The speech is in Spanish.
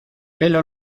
pelo